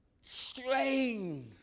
strain